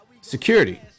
security